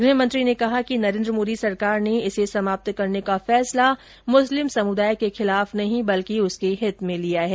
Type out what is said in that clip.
गृहमंत्री ने कहा कि नरेंद्र मोदी सरकार ने इसे समाप्त करने का फैसला मुस्लिम समुदाय के खिलाफ नहीं बल्कि उसके हित में लिया है